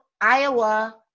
Iowa